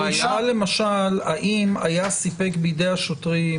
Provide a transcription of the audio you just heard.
ישאל, למשל: האם היה סיפק בידי השוטרים?